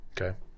Okay